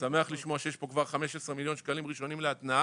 שמח לשמוע שיש פה כבר 15 מיליון שקלים ראשונים להתנעה,